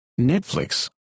Netflix